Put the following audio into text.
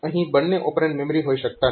અહીં બંને operand memory હોઈ શકતા નથી